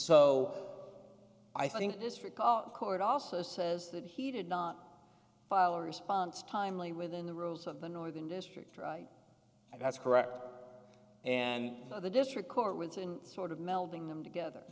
so i think this recall court also says that he did not file or response timely within the rules of the northern district and that's correct and the district court within sort of melding them together